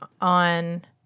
on